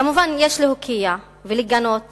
כמובן, יש להוקיע ולגנות